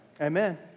Amen